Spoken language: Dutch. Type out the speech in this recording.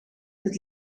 het